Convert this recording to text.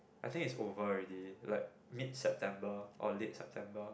I think it's over already like mid September or late September